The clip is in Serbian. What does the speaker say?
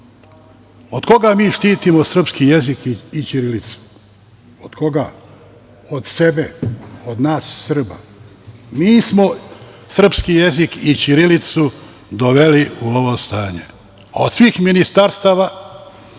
Od koga mi štitimo srpski jezik i ćirilicu? Od koga? Od sebe, od nas Srba. Mi smo srpski jezik i ćirilicu doveli u ovo stanje. Od svih ministarstava,